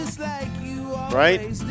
right